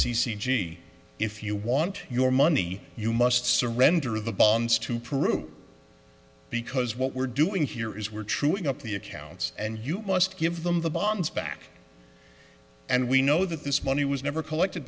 c c gee if you want your money you must surrender the bonds to prove because what we're doing here is we're truing up the accounts and you must give them the bonds back and we know that this money was never collected